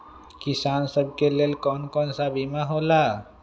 किसान सब के लेल कौन कौन सा बीमा होला?